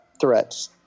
threats